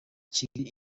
kigali